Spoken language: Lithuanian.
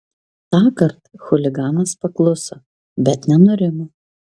tąkart chuliganas pakluso bet nenurimo